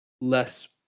less